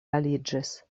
aliĝis